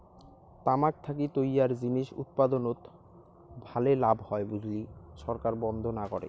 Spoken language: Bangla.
তামাক থাকি তৈয়ার জিনিস উৎপাদনত ভালে লাভ হয় বুলি সরকার বন্ধ না করে